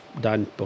done